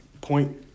point